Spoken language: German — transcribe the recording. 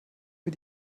für